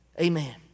Amen